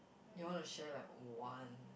you want to share like one